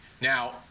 now